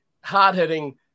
hard-hitting